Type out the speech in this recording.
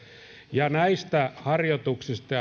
ja näistä harjoituksista